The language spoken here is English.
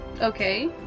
Okay